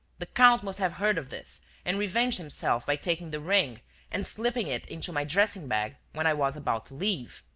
the count must have heard of this and revenged himself by taking the ring and slipping it into my dressing-bag when i was about to leave.